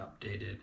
updated